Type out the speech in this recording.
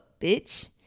bitch